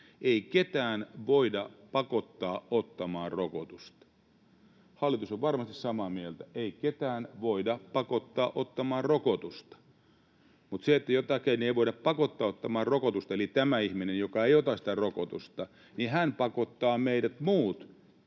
ei ketään voida pakottaa ottamaan rokotusta. Hallitus on varmasti samaa mieltä — ei ketään voida pakottaa ottamaan rokotusta — mutta koska jotakuta ei voida pakottaa ottamaan rokotusta eli on tämä ihminen, joka ei ota sitä rokotusta, niin hän pakottaa meidät muut